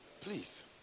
please